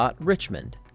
Richmond